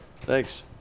Thanks